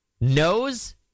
knows